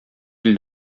җил